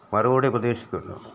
മറുപടി പ്രതീക്ഷിക്കുന്നു